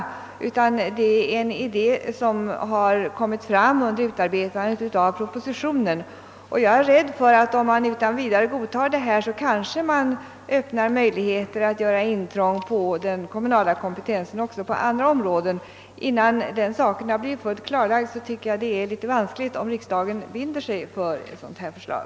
Det är en idé som kommit fram under utarbetandet av propositionen. Om man utan vidare godtar detta förslag är jag rädd för att man öppnar möjligheter att göra intrång på den kommunala kompetensen även på andra områden. Innan den saken blivit fullt klarlagd tycker jag att det är vanskligt att riksdagen bifaller detta förslag.